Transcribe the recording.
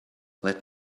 let